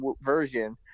version